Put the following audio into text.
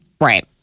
right